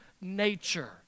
nature